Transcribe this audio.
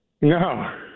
No